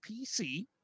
PC